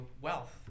wealth